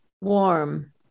Warm